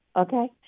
okay